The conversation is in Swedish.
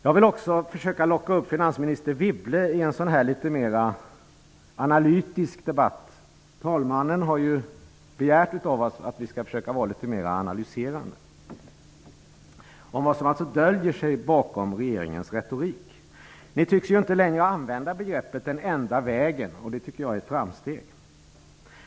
Jag vill också försöka locka med finansminister Wibble i en litet mera analytisk debatt -- talmannen har ju begärt av oss att vi skall försöka att vara litet mer analyserande -- om vad som döljer sig bakom regeringens retorik. Ni tycks ju inte längre använda begreppet ''Den enda vägen'', och det tycker jag är ett framsteg.